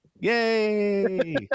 Yay